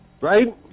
Right